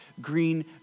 green